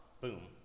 boom